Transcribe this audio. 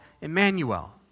Emmanuel